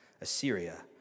Assyria